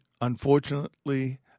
unfortunately